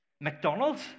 McDonald's